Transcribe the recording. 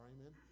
amen